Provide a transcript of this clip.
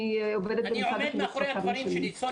אני עומד מאחורי הדברים שלי, סוניה.